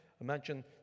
Imagine